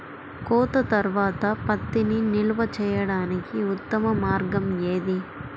కోత తర్వాత పత్తిని నిల్వ చేయడానికి ఉత్తమ మార్గం ఏది?